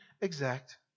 exact